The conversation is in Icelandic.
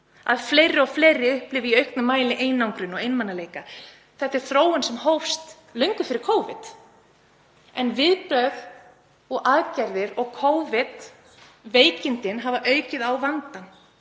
að fleiri og fleiri upplifi í auknum mæli einangrun og einmanaleika. Þetta er þróun sem hófst löngu fyrir Covid en viðbrögð og aðgerðir og Covid-veikindi hafa aukið á vandann.